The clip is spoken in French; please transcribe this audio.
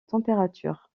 température